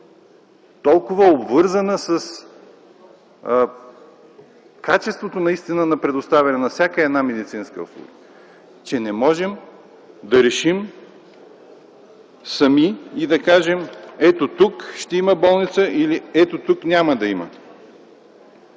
толкова обвързана с качеството на предоставяне на всяка една медицинска услуга, че не можем да решим сами и да кажем: ето тук ще има болница или ето тук няма да има.